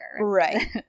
right